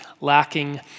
lacking